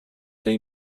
they